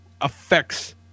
affects